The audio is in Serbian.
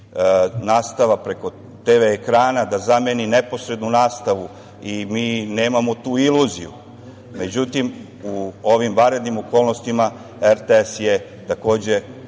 nastava preko TV ekrana da zameni neposrednu nastavu i mi nemamo tu iluziju. Međutim, u ovim vanrednim okolnostima RTS je takođe